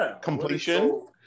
completion